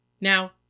Now